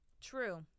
True